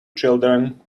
children